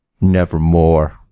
nevermore